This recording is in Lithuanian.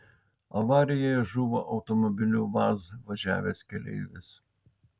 avarijoje žuvo automobiliu vaz važiavęs keleivis